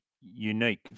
unique